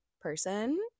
person